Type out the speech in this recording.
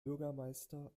bürgermeister